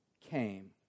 came